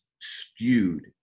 skewed